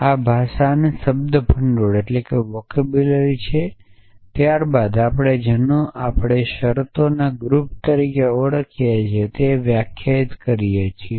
આ ભાષાની શબ્દભંડોળ છે ત્યારબાદ આપણે જેને આપણે શરતોના ગ્રુપ તરીકે ઓળખીએ છીએ તે વ્યાખ્યાયિત કરીએ છીએ